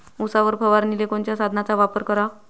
उसावर फवारनीले कोनच्या साधनाचा वापर कराव?